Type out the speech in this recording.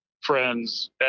friends